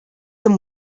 them